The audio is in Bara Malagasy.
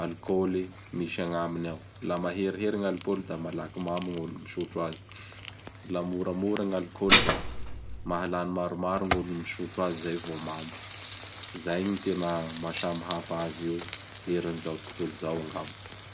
alikôly misy agnaminy ao. Laha maherihery gny alikôly da malaky mamo gny olo misotro azy. Laha moramora gny alikôly da mahalany maromaro gny olo misotra azy izay vao mamo. Izay gny tena maha samihafa azy io eran'izao tontolo izao angamba.